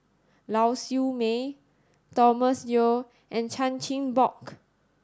Lau Siew Mei Thomas Yeo and Chan Chin Bock